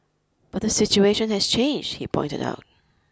but the situation has changed he pointed out